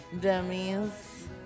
Dummies